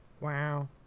Wow